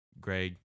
Greg